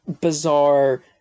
bizarre